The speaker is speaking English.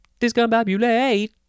discombobulate